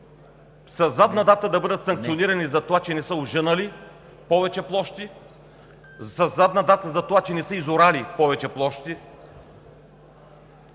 задна дата да бъдат санкционирани за това, че не са ожънали повече площи; със задна дата за това, че не са изорали повече площи;